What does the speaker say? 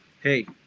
hey